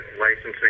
licensing